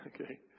okay